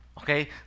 Okay